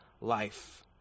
life